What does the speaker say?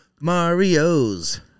Mario's